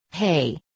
Hey